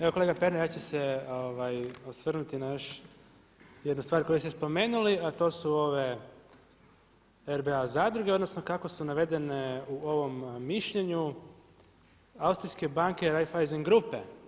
Evo kolega Pernar ja ću se osvrnuti na još jednu stvar koju niste spomenuli, a to su ove RBA zadruge odnosno kako su navedene u ovom mišljenju Austrijske banke Raiffeisen grupe.